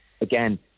again